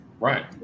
right